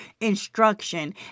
instruction